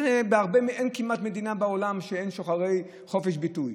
אין כמעט מדינה בעולם שאין בה שוחרי חופש ביטוי.